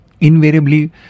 invariably